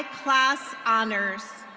clas honors.